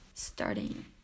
starting